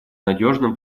надежным